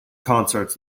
concerts